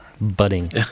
budding